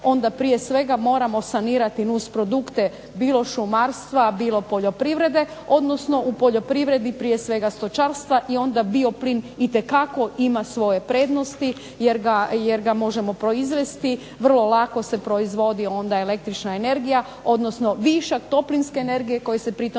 onda prije svega moramo sanirati nusprodukt bilo šumarstva bilo poljoprivrede odnosno u poljoprivredi prije svega stočarstva i onda bioplin itekako ima svoje prednosti jer ga možemo proizvesti vrlo lako se proizvodi onda električna energije odnosno višak toplinske energije koji se pri tome